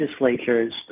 legislatures